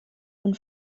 von